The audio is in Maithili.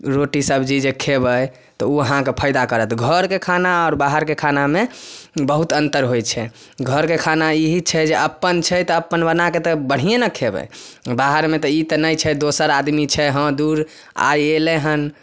रोटी सब्जी जे खेबै तऽ ओ अहाँके फाइदा करत घरके खाना आओर बाहरके खानामे बहुत अन्तर होइ छै घरके खाना ई ही छै जे अपन छै तऽ अपन बनाके तऽ बढ़िये ने खेबै बाहरमे तऽ ई तऽ नहि छै दोसर आदमी छै हँ दूर आइ अयलै हन